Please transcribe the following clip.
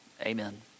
Amen